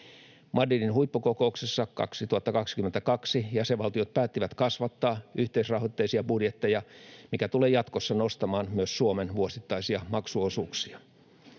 Madridin huippukokouksessa 2022 jäsenvaltiot päättivät kasvattaa yhteisrahoitteisia budjetteja, mikä tulee jatkossa nostamaan myös Suomen vuosittaisia maksuosuuksia.